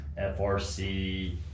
frc